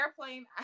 airplane